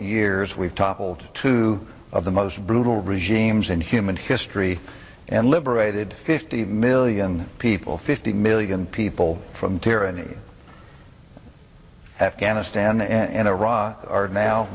years we've toppled two of the most brutal regimes in human history and liberated fifty million people fifty million people from tyranny afghanistan and iraq are now